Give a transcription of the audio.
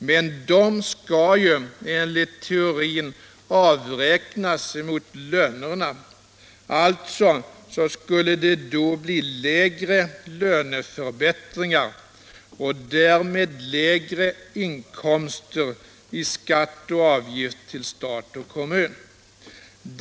Men de skall ju enligt teorin avräknas mot lönerna. Alltså skall det då bli lägre löneförbättringar och därmed lägre inkomster i form av skatt och avgifter till stat och kommun.